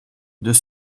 deux